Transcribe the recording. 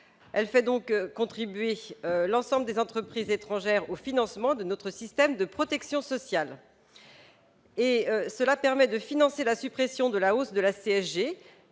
Elle fait donc contribuer l'ensemble des entreprises étrangères au financement de notre système de protection sociale, ce qui permet de financer la suppression de la hausse de la CSG.